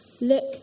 Look